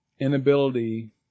inability